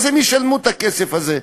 כי הם ישלמו את הכסף הזה.